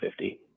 50